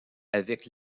avec